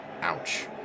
Ouch